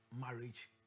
marriage